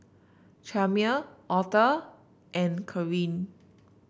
Chalmer Auther and Karin